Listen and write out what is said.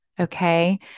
Okay